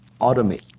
automate